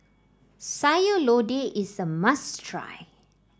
Sayur Lodeh is a must try